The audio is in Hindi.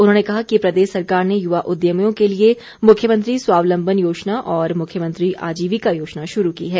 उन्होंने कहा कि प्रदेश सरकार ने युवा उद्यमियों के लिए मुख्यमंत्री स्वावलंबन योजना और मुख्यमंत्री आजीविका योजना शुरू की है